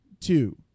Two